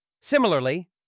Similarly